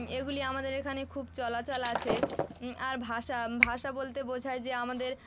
এগুলি আমাদের এখানে খুব চলাচল আছে আর ভাষা ভাষা বলতে বোঝায় যে আমাদের